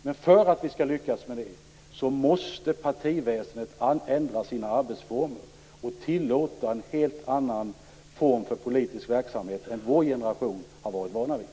Men för att vi skall lyckas med det måste partiväsendet ändra sina arbetsformer och tillåta en helt annan form för politisk verksamhet än den vår generation har varit van vid.